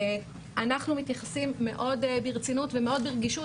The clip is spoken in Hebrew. אנחנו מתייחסים מאוד ברצינות ומאוד ברגישות